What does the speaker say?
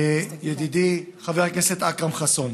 ידידי חבר הכנסת אכרם חסון,